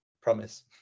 promise